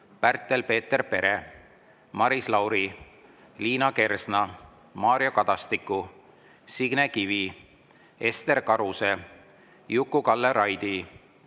Pärtel-Peeter Pere, Maris Lauri, Liina Kersna, Mario Kadastiku, Signe Kivi, Ester Karuse, Juku-Kalle Raidi,